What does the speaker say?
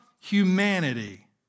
humanity